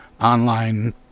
online